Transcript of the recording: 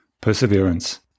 perseverance